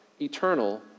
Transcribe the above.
eternal